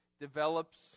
develops